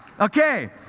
Okay